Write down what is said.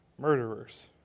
murderers